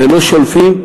ולא שולפים,